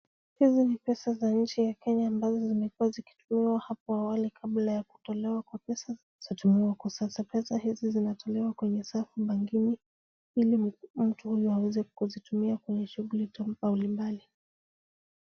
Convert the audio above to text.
Hizi ni pesa za nchi ya Kenya ambazo zimekuwa zikitumiwa hapo awali kabla ya kutolewa kwa pesa zinazotumiwa kwa sasa. Pesa hizi zinatolewa kwenye safu bankini ili mtu huyu aweze kuzitumia kwenye shughuli mbalimbali.